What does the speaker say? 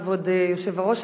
כבוד היושב-ראש,